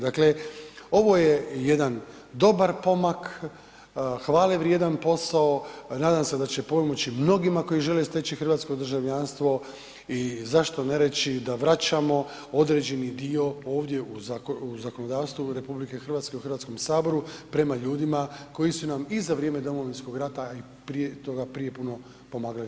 Dakle, ovo je jedan dobar pomak, hvalevrijedan posao, nadam se pomoći mnogima koji žele steći hrvatsko državljanstvo i zašto ne reći da vraćamo određeni dio ovdje u zakonodavstvo RH, u Hrvatskom saboru prema ljudima koji su nam i za vrijeme Domovinskog rata i prije toga, prije puno, pomagali RH.